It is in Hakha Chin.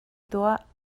tuah